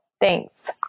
Thanks